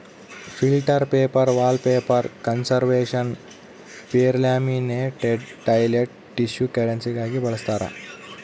filter paper wallpaper conservation paper laminated toilet tissue ಕರೆನ್ಸಿಗಾಗಿ ಬಳಸ್ತಾರ